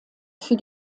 für